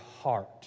heart